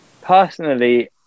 personally